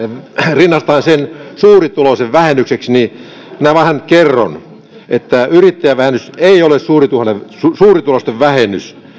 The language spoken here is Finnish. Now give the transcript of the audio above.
rinnastaen sen suurituloisen vähennykseksi niin minä vähän kerron että yrittäjävähennys ei ole suurituloisten vähennys